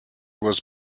was